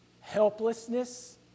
helplessness